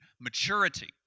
maturity